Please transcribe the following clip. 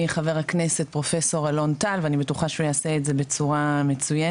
חבר הכנסת פרופ' אלון טל ואני בטוחה שהוא יעשה את זה בצורה מצוינת.